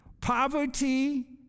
Poverty